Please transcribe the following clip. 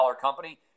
company